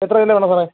എത്ര കിലോ വേണം സാറേ